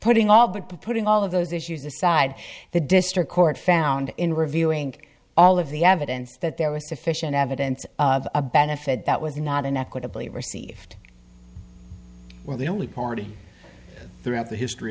putting all but putting all of those issues aside the district court found in reviewing all of the evidence that there was sufficient evidence of a benefit that was not an equitably received where the only party throughout the history